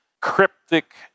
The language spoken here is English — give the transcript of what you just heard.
cryptic